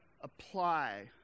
apply